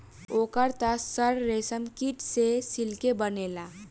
ओकर त सर रेशमकीट से सिल्के बनेला